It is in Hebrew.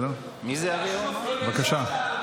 בבקשה.